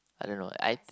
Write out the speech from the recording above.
I don't know I